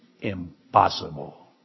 impossible